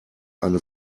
eine